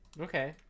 Okay